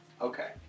Okay